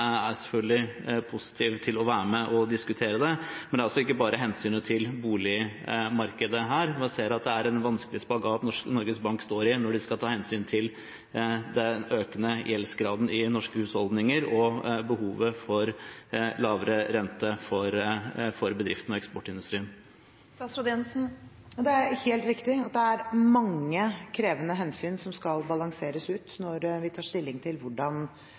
er selvfølgelig positive til å være med og diskutere det, men det er altså ikke bare hensynet til boligmarkedet her, man ser at det er en vanskelig spagat Norges Bank står i nå de skal ta hensyn til den økende gjeldsgraden i norske husholdninger og behovet for lavere rente for bedriftene og eksportindustrien. Det er helt riktig at det er mange krevende hensyn som skal balanseres når vi tar stilling til hvordan